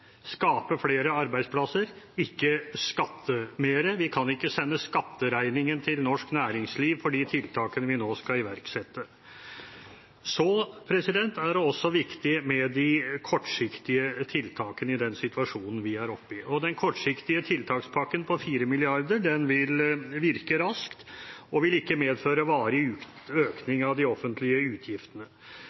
skape flere arbeidsplasser, ikke skatte mer. Vi kan ikke sende skatteregningen til norsk næringsliv for de tiltakene vi nå skal iverksette. Så er det også viktig med de kortsiktige tiltakene i den situasjonen vi er oppe i. Den kortsiktige tiltakspakken på 4 mrd. kr vil virke raskt, og den vil ikke medføre varig økning av de offentlige utgiftene.